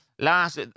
Last